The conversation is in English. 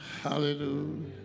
Hallelujah